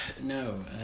no